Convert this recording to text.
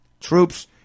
troops